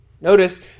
Notice